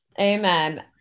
amen